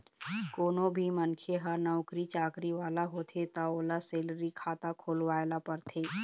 कोनो भी मनखे ह नउकरी चाकरी वाला होथे त ओला सेलरी खाता खोलवाए ल परथे